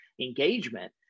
engagement